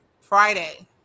Friday